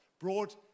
brought